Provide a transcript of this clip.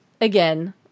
again